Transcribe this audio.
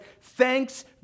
thanks